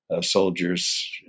soldiers